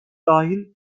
dahil